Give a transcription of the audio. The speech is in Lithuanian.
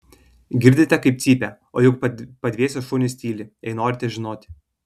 girdite kaip cypia o juk padvėsę šunys tyli jei norite žinoti